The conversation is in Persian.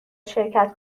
شرکت